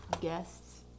guests